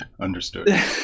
understood